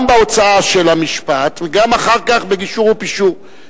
גם בהוצאה של המשפט וגם אחר כך בגישור ופישור,